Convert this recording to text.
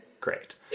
Great